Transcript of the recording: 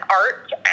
art